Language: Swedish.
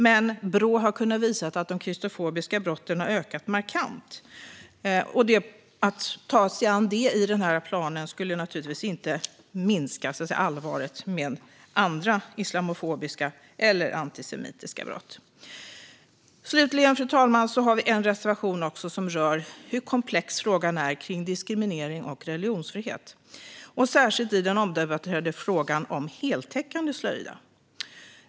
Men Brå har kunnat visa att de kristofobiska brotten har ökat markant. Att ta sig an det i denna plan skulle naturligtvis inte minska allvaret i islamofobiska eller antisemitiska brott. Fru talman! Slutligen har vi en reservation som rör hur komplex frågan om diskriminering och religionsfrihet är. Det gäller särskilt den omdebatterade frågan om heltäckande slöja.